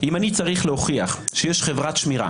אם אני צריך להוכיח שיש חברת שמירה